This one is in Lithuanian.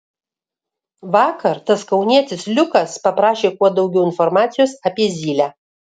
vakar tas kaunietis liukas paprašė kuo daugiau informacijos apie zylę